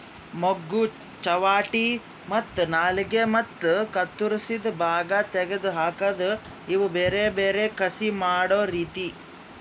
ಮೊಗ್ಗು, ಚಾವಟಿ ಮತ್ತ ನಾಲಿಗೆ ಮತ್ತ ಕತ್ತುರಸಿದ್ ಭಾಗ ತೆಗೆದ್ ಹಾಕದ್ ಇವು ಬೇರೆ ಬೇರೆ ಕಸಿ ಮಾಡೋ ರೀತಿ